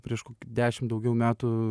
prieš kokį dešimt daugiau metų